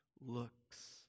looks